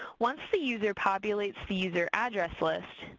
once the user populates the user address list,